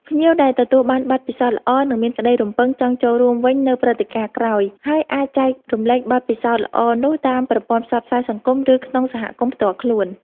ភ្ញៀវដែលទទួលបានបទពិសោធន៍ល្អនឹងមានក្តីរំពឹងចង់ចូលរួមវិញនៅព្រឹត្តិការណ៍ក្រោយ ហើយអាចចែករំលែកបទពិសោធន៍ល្អនោះតាមប្រព័ន្ធផ្សព្វផ្សាយសង្គម ឬក្នុងសហគមន៍ផ្ទាល់ខ្លួន។